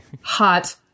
hot